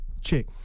chick